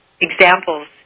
examples